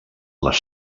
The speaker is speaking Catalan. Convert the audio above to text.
les